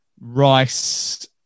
Rice